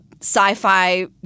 sci-fi